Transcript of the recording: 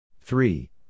three